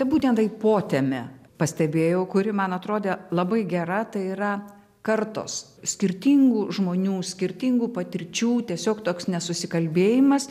būtent taip potemę pastebėjau kuri man atrodė labai gera tai yra kartos skirtingų žmonių skirtingų patirčių tiesiog toks nesusikalbėjimas